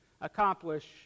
accomplish